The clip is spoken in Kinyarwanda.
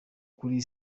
kuri